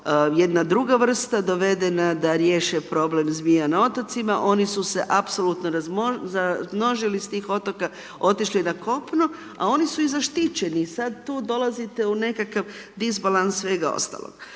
jedna druga vrsta dovedena da riješe problem zmija na otocima, oni su se apsolutno razmnožili s tih otoka, otišli na kopno, a oni su i zaštićeni i sad tu dolazite u nekakav disbalans svega ostaloga.